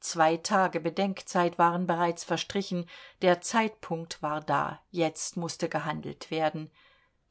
zwei tage bedenkzeit waren bereits verstrichen der zeitpunkt war da jetzt mußte gehandelt werden